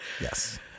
Yes